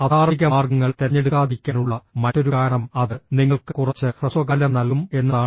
അധാർമിക മാർഗ്ഗങ്ങൾ തിരഞ്ഞെടുക്കാതിരിക്കാനുള്ള മറ്റൊരു കാരണം അത് നിങ്ങൾക്ക് കുറച്ച് ഹ്രസ്വകാലം നൽകും എന്നതാണ്